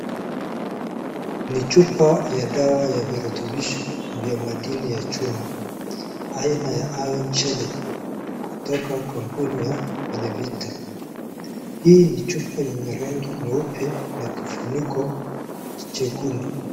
Ni chupa ya dawa ya virutubisho ya madini ya chuma aina ya Iron chelate kutoka kampuni ya Wllvita .Hii ni chupa yenye rangi nyeupe na kifuniko chekundu.